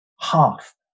Half